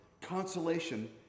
consolation